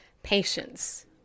Patience